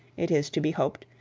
it is to be hoped,